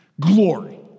Glory